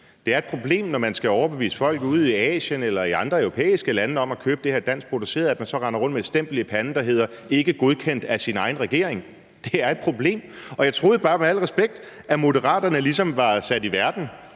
Det er et problem, når man skal overbevise folk ude i Asien eller i andre europæiske lande om at købe noget, der er danskproduceret, at man så render rundt med et stempel i panden, der hedder: ikke godkendt af sin egen regering. Det er et problem, og jeg troede bare med al respekt, at Moderaterne ligesom var sat i verden